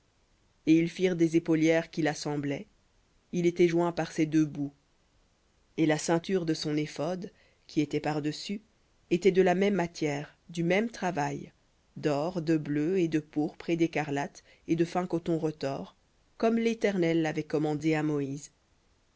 et ils y firent des épaulières qui l'assemblaient il était joint par ses deux bouts et la ceinture de son éphod qui était par-dessus était de la même matière du même travail d'or de bleu et de pourpre et d'écarlate et de fin coton retors comme l'éternel l'avait commandé à moïse